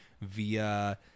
via